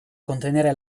contenere